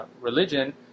religion